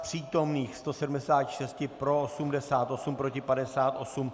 Z přítomných 176 pro 88, proti 58.